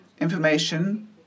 information